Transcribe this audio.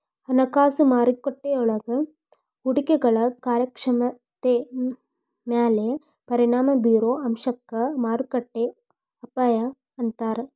ಹಣಕಾಸು ಮಾರುಕಟ್ಟೆಯೊಳಗ ಹೂಡಿಕೆಗಳ ಕಾರ್ಯಕ್ಷಮತೆ ಮ್ಯಾಲೆ ಪರಿಣಾಮ ಬಿರೊ ಅಂಶಕ್ಕ ಮಾರುಕಟ್ಟೆ ಅಪಾಯ ಅಂತಾರ